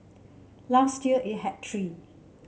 last year it had three